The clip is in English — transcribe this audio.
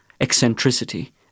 eccentricity